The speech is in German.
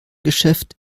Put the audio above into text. geschäft